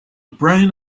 brain